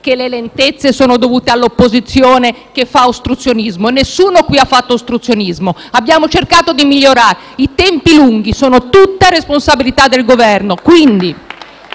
che le lentezze sono dovute all’opposizione che fa ostruzionismo. Qui nessuno ha fatto ostruzionismo, ma - anzi - abbiamo cercato di migliorare il testo. I tempi lunghi sono tutta responsabilità del Governo.